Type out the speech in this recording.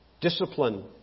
Discipline